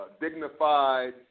dignified